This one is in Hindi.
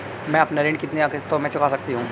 मैं अपना ऋण कितनी किश्तों में चुका सकती हूँ?